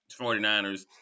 49ers